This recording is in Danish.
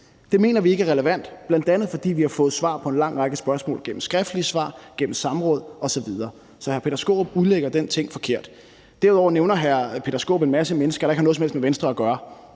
Det mener vi ikke er relevant, bl.a. fordi vi har fået svar på en lang række spørgsmål gennem skriftlige svar, gennem samråd osv. Så hr. Peter Skaarup udlægger den ting forkert. Derudover nævner hr. Peter Skaarup en masse mennesker, der ikke har noget som helst med Venstre at gøre,